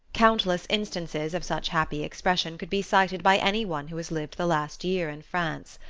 countless instances of such happy expression could be cited by any one who has lived the last year in france.